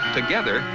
Together